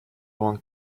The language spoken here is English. one